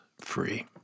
free